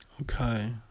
Okay